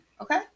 okay